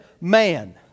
man